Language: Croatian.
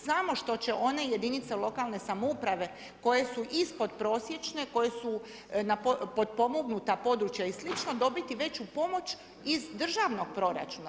Samo što će one jedinice lokalne samouprave koje su ispod prosječne, koje su potpomognuta područja i slično dobiti veću pomoć iz državnog proračuna.